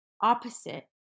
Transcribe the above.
opposite